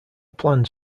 plans